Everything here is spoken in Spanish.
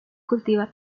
cultiva